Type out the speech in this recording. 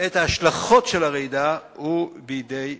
את ההשלכות של הרעידה הן בידי אדם.